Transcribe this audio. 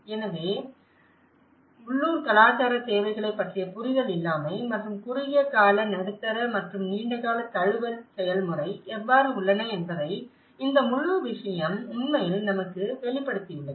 எனவே உள்ளூர் கலாச்சாரத் தேவைகளைப் பற்றிய புரிதல் இல்லாமை மற்றும் குறுகிய கால நடுத்தர மற்றும் நீண்டகால தழுவல் செயல்முறை எவ்வாறு உள்ளன என்பதை இந்த முழு விஷயம் உண்மையில் நமக்கு வெளிப்படுத்தியுள்ளது